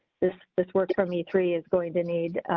this this works for me, three is going to need.